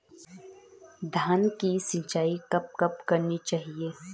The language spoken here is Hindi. धान की सिंचाईं कब कब करनी चाहिये?